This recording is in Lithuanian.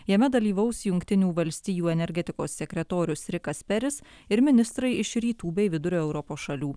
jame dalyvaus jungtinių valstijų energetikos sekretorius rikas peris ir ministrai iš rytų bei vidurio europos šalių